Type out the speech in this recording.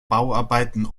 bauarbeiten